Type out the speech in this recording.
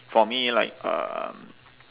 for me like um